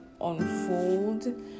unfold